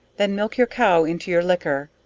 then milk your cow into your liquor,